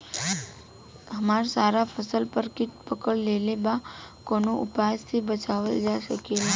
हमर सारा फसल पर कीट पकड़ लेले बा कवनो उपाय से बचावल जा सकेला?